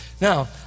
Now